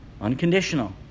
Unconditional